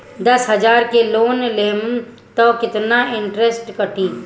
दस हजार के लोन लेहम त कितना इनट्रेस कटी?